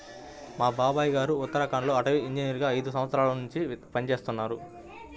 మా బాబాయ్ గారు ఉత్తరాఖండ్ లో అటవీ ఇంజనీరుగా ఐదు సంవత్సరాల్నుంచి పనిజేత్తన్నారు